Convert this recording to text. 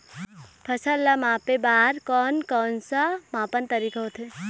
फसल ला मापे बार कोन कौन सा मापन तरीका होथे?